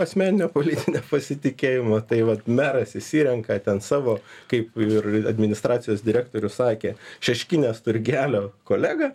asmeninio politinio pasitikėjimo tai vat meras išsirenka ten savo kaip ir administracijos direktorius sakė šeškinės turgelio kolegą